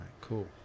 Cool